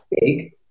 big